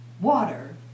water